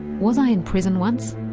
was i in prison once?